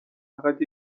فقط